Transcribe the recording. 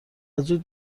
زود